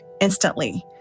instantly